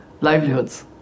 livelihoods